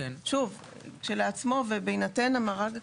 כשלעצמו ובהינתן המארג הכללי,